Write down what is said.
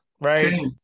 Right